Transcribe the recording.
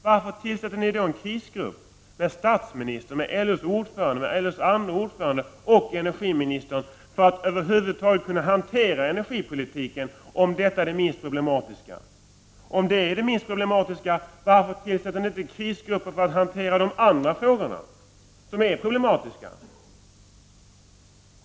Varför tillsätter ni en krisgrupp, med statsministern, LO:s ordförande, LO:s andre ordförande och energiministern, för att hantera energipolitiken, om detta är det minst problematiska området? Om energiområdet är det minst problematiska, varför tillsätter ni inte krisgrupper för att hantera de andra frågorna, som är problematiska?